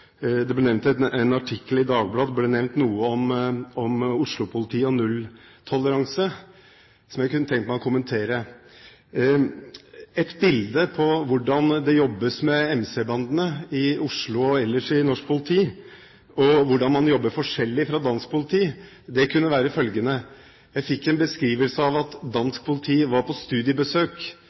det vi tok opp da. Det ble nevnt en artikkel i Dagbladet, og det ble nevnt noe om Oslo-politiet og nulltoleranse som jeg kunne tenke meg å kommentere. Et bilde på hvordan det jobbes med MC-bandene i Oslo og ellers i norsk politi, og hvordan man jobber forskjellig fra dansk politi, kunne være følgende: Jeg fikk en beskrivelse av dansk politi som var på studiebesøk